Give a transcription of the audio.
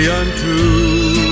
untrue